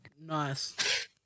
Nice